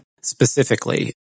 specifically